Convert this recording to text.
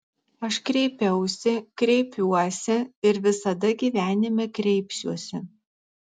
aš kreipiausi kreipiuosi ir visada gyvenime kreipsiuosi